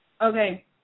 Okay